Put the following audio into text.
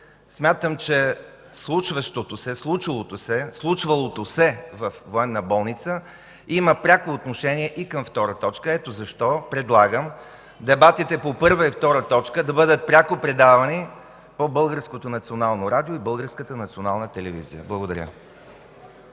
Смятам, че случвалото се и случващото се във Военна болница има пряко отношение и към втора точка. Ето защо предлагам дебатите по първа и втора точка да бъдат пряко предавани по Българското национално